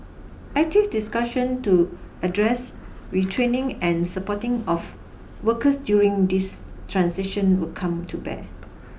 active discussion to address retraining and supporting of workers during this transition will come to bear